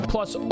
Plus